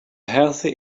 healthy